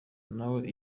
nawe